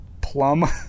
plum